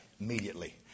immediately